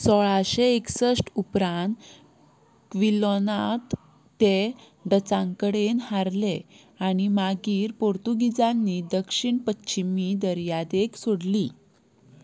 सोळाशें एकसश्ट उपरांत क्विलोनांत ते डचां कडेन हारले आनी मागीर पोर्तुगिजांनी दक्षिण पश्चिमी दर्यादेग सोडली